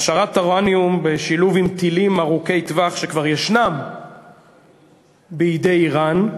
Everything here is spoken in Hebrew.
העשרת אורניום בשילוב עם טילים ארוכי טווח שכבר ישנם בידי איראן,